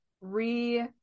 re